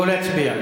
תנו להצביע.